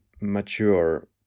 mature